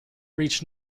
reached